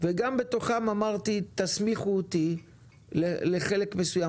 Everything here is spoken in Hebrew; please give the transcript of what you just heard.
וגם בתוכם אמרתי: תסמיכו אותי לחלק מסוים